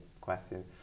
question